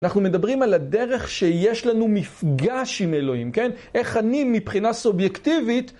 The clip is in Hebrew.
אנחנו מדברים על הדרך שיש לנו מפגש עם אלוהים, כן? איך אני מבחינה סובייקטיבית...